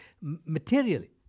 materially